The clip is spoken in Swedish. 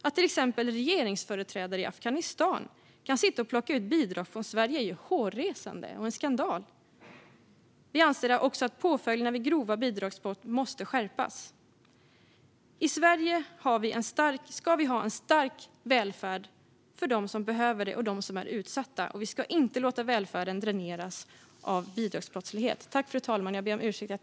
Att till exempel regeringsföreträdare i Afghanistan kan sitta och plocka ut bidrag från Sverige är ju hårresande och en skandal. Vi anser också att påföljderna vid grova bidragsbrott måste skärpas. I Sverige ska vi ha en stark välfärd för dem som behöver det och dem som är utsatta. Vi ska inte låta välfärden dräneras av bidragsbrottslighet.